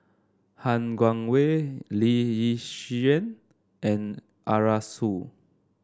Han Guangwei Lee Yi Shyan and Arasu